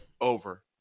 Over